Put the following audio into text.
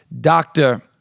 Doctor